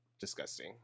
Disgusting